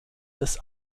des